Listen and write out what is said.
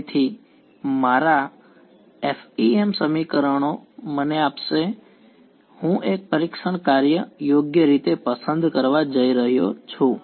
તેથી મારા FEM સમીકરણો મને આપશે હું એક પરીક્ષણ કાર્ય યોગ્ય રીતે પસંદ કરવા જઈ રહ્યો છું